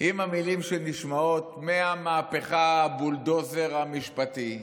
אם המילים שנשמעות מהמהפכה, הבולדוזר המשפטי,